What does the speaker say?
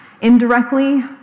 Indirectly